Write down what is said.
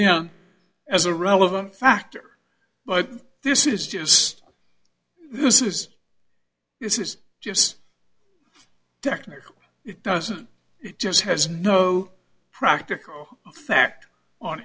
in as a relevant factor but this is just this is this is just technically it doesn't it just has no practical effect on